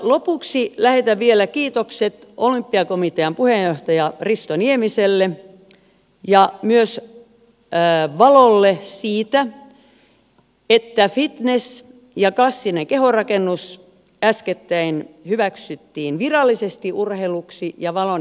lopuksi lähetän vielä kiitokset olympiakomitean puheenjohtaja risto niemiselle ja myös valolle siitä että fitness ja klassinen kehonrakennus äskettäin hyväksyttiin virallisesti urheiluksi ja valon jäseneksi